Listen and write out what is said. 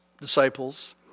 disciples